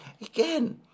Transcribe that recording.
again